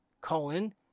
colon